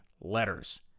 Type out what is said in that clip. letters